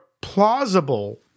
plausible